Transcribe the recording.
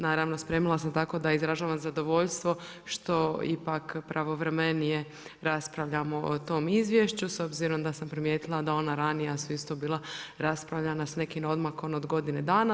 Naravno spremila sam sam tako da izražavam zadovoljstvo što ipak pravovremenije raspravljamo o tom izvješću s obzirom da sam primijetila da ona ranija su isto bila raspravljana sa nekim odmakom od godine dana.